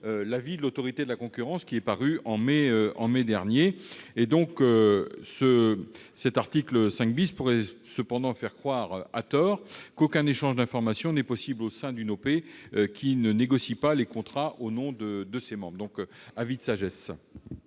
l'avis de l'Autorité de la concurrence paru en mai dernier. L'article 5 pourrait cependant faire croire, à tort, qu'aucun échange d'informations n'est possible au sein d'une OP qui ne négocie pas les contrats au nom de ses membres. La parole est